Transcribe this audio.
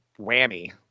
whammy